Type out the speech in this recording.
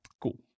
Cool